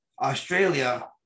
Australia